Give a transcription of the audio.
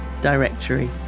directory